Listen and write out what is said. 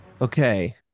okay